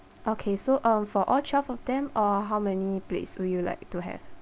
okay so um for all twelve of them uh how many plates would you like to have